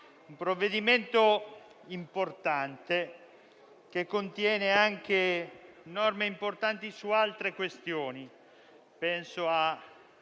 un provvedimento importante che contiene anche norme rilevanti su altre questioni: penso